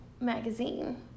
magazine